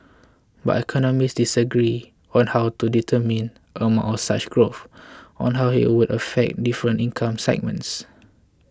but economists disagree on how to determine of such growth or how it would affect different income segments